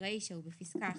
ברישה ובפסקה (1),